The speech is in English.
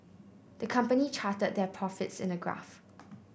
the company charted their profits in a graph